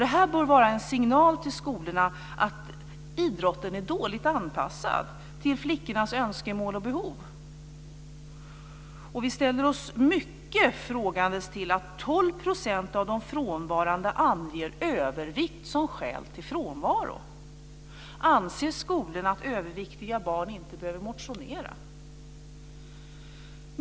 Det här bör vara en signal till skolorna om att idrotten är dåligt anpassad till flickornas önskemål och behov, och vi ställer oss mycket frågande till att 12 % av de frånvarande anger övervikt som skäl till frånvaron. Anser skolan att överviktiga barn inte behöver motionera?